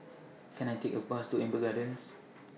Can I Take A Bus to Amber Gardens